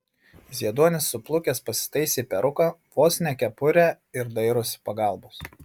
zieduonis suplukęs pasitaisė peruką vos ne kepurę ir dairosi pagalbos